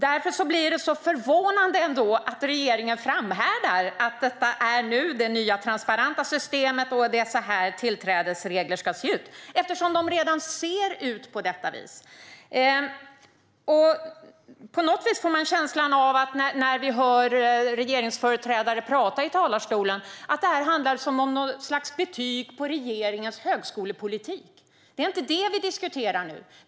Därför blir det så förvånande att regeringen nu ändå framhärdar i att detta är det nya transparenta systemet och att det är så här tillträdesregler ska se ut. De ser ju redan ut på detta vis! När man hör regeringsföreträdare tala i talarstolen får man på något vis känslan av att det här handlar om något slags betyg på regeringens högskolepolitik. Det är inte det vi diskuterar nu.